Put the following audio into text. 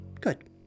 Good